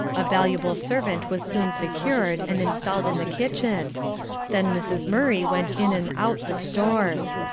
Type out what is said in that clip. a valuable servant was soon secured and installed in the kitchen then mrs. murray went in and out the stores.